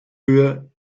höhe